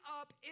up